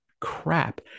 crap